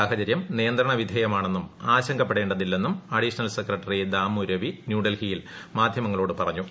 സാഹചരൃം നിയന്ത്രണ വിധേയമാണെന്നും ആശങ്കപ്പെടേതില്ലെന്നും അഡീഷണൽ സെക്രട്ടറി ദാമു രവി ന്യൂഡൽഹിയിൽ മാധ്യമങ്ങളോട് പറഞ്ഞു